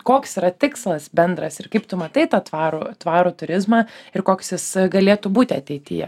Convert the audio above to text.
koks yra tikslas bendras ir kaip tu matai tą tvarų tvarų turizmą ir koks jis galėtų būti ateityje